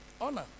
Honor